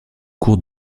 cours